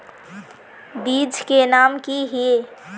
बीज के नाम की हिये?